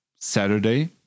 Saturday